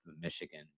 michigan